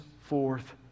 forth